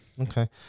Okay